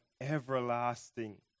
everlasting